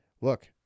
Look